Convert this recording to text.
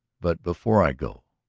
but before i go,